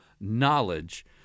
knowledge